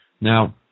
Now